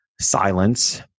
silence